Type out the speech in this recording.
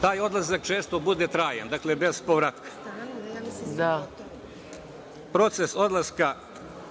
Taj odlazak često bude trajan, dakle bez povratka. Proces odlaska